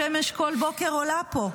השמש כל בוקר עולה פה".